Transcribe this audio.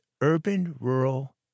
urban-rural